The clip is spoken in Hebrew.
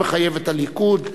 לא מחייב את הליכוד,